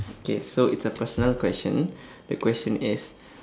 okay so it's a personal question the question is